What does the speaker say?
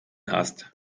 hast